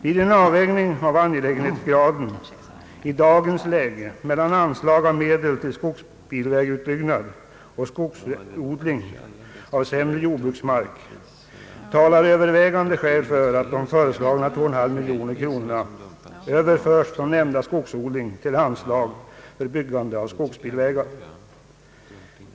Vid en avvägning av angelägenhetsgraden i dagens läge mellan anslag av medel till skogsbilvägutbyggnad och skogsodling av sämre jordbruksmark talar övervägande skäl för att de föreslagna 2,5 miljoner kronorna överförs från anslaget för skogsodling till anslaget för byggande av skogsbilvägar.